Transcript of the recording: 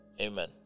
amen